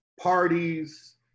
parties